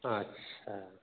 ᱟᱪᱪᱷᱟ